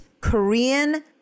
korean